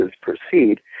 proceed